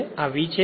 અને આ V છે